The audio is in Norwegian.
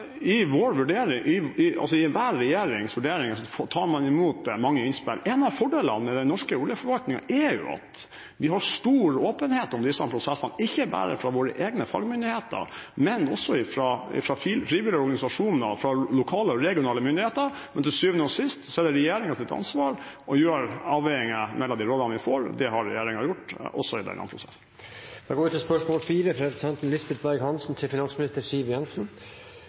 vi har stor åpenhet om disse prosessene, ikke bare fra våre egne fagmyndigheter, men også fra frivillige organisasjoner, fra lokale og regionale myndigheter. Men til syvende og sist er det regjeringens ansvar å gjøre avveiinger mellom de rådene vi får. Det har regjeringen gjort, også i denne prosessen. Da går vi til spørsmål 4. Jeg tillater meg å stille følgende spørsmål til